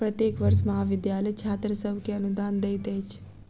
प्रत्येक वर्ष महाविद्यालय छात्र सभ के अनुदान दैत अछि